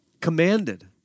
commanded